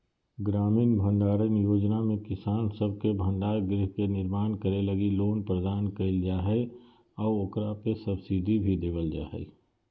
ग्रामीण भंडारण योजना में किसान सब के भंडार गृह के निर्माण करे लगी लोन प्रदान कईल जा हइ आऊ ओकरा पे सब्सिडी भी देवल जा हइ